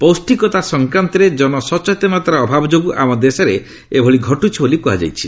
ପୌଷ୍ଟିକତା ସଂକ୍ରାନ୍ତରେ ଜନସଚେତନତାର ଅଭାବ ଯୋଗୁଁ ଆମ ଦେଶରେ ଏଭଳି ଘଟୁଛି ବୋଲି କୁହାଯାଇଛି